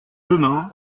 demain